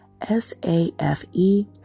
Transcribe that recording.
S-A-F-E